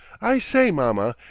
i say, mamma,